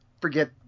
forget